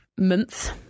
month